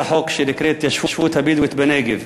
החוק שנקראת "ההתיישבות הבדואית בנגב".